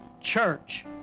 church